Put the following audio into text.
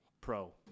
Pro